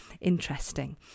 interesting